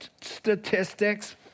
statistics